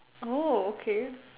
okay